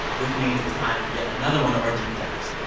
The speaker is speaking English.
which means it's time for yet another one of our deep dives.